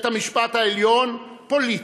פוליטיים, בית המשפט העליון פוליטי,